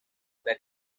that